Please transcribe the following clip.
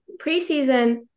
Preseason –